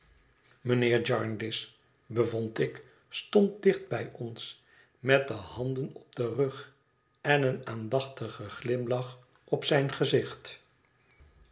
mijnheer jarndyce bevond ik stond dicht bij ons met de handen op den rug en een aandachtigen glimlach op zijn gezicht